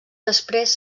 després